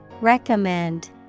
Recommend